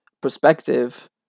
perspective